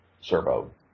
Servo